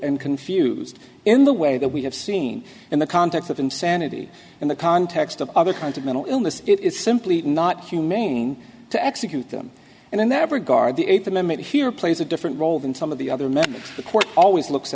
and confused in the way that we have seen in the context of insanity in the context of other kinds of mental illness it is simply not humane to execute them and in that regard the eighth amendment here plays a different role than some of the other men the court always looks